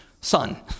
son